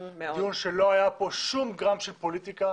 דיון שלא יהיה בו שום גרם של פוליטיקה.